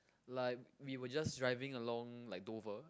like we were just driving along like Dover